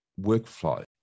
workflow